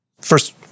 First